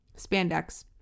spandex